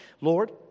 Lord